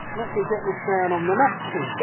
let me get this down on the napkin.